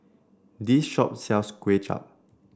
this shop sells Kway Chap